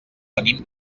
venim